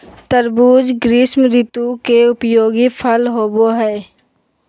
तरबूज़ ग्रीष्म ऋतु के उपयोगी फल होबो हइ